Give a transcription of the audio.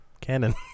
canon